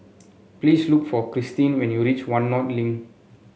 please look for Cristine when you reach One North Link